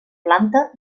planta